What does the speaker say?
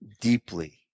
deeply